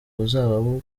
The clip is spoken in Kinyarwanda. buzaba